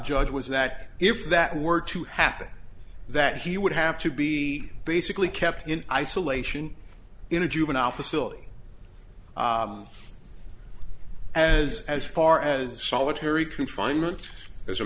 judge was that if that were to happen that he would have to be basically kept in isolation in a juvenile facility as as far as solitary confinement as a